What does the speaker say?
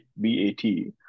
B-A-T